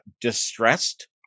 distressed